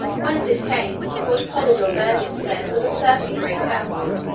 whence it came, what polydore virgil says of a certain great house,